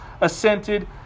assented